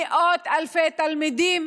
מאות אלפי תלמידים